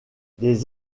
des